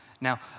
Now